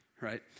right